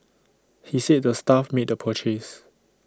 he said the staff made the purchase